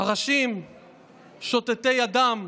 הראשים שותתי הדם,